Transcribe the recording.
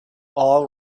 all